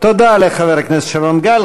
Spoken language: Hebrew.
תודה לחבר הכנסת שרון גל.